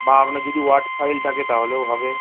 বা আপনার যদি ওয়ার্ড ফাইল থাকে তাহলেও হবে